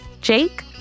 Jake